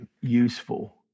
useful